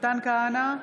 מתן כהנא,